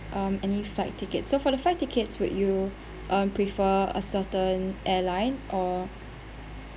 um any flight tickets so for the fight tickets would you um prefer a certain airline or